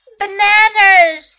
bananas